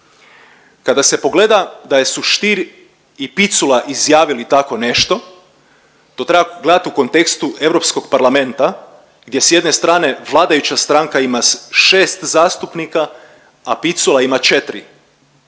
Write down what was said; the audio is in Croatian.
Kada se pogleda da su Stier i Picula izjavili tako nešto, to treba gledati u kontekstu Europskog parlamenta gdje s jedne strane, vladajuća stranka ima 6 zastupnika, a Picula ima 4.